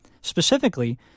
Specifically